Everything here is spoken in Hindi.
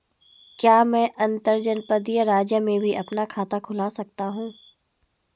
क्या मैं अंतर्जनपदीय राज्य में भी अपना खाता खुलवा सकता हूँ?